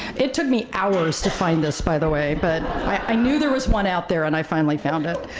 it took me hours to find this, by the way. but i knew there was one out there and i finally found it.